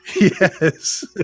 yes